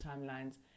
timelines